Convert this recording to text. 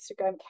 Instagram